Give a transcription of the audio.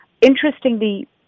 Interestingly